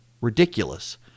Ridiculous